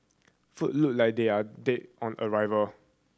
food look like they are dead on arrival